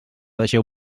deixeu